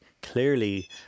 clearly